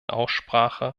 aussprache